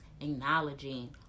acknowledging